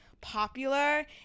popular